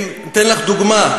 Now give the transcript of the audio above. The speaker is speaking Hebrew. אני אתן לך דוגמה: